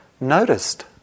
noticed